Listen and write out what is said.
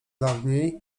dawniej